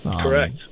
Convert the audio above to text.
correct